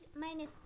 minus